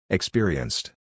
Experienced